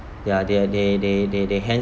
ya they are they they they they hands-on